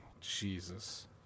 Jesus